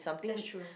that's true